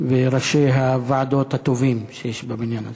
וראשי הוועדות הטובים שיש בבניין הזה.